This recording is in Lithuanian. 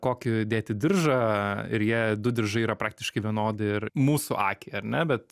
kokį dėti diržą ir jie du diržai yra praktiškai vienodi ir mūsų akiai ar ne bet